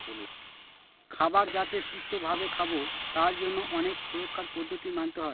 খাবার যাতে সুস্থ ভাবে খাবো তার জন্য অনেক সুরক্ষার পদ্ধতি মানতে হয়